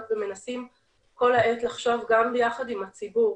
ומנסים כל העת לחשוב גם ביחד עם הציבור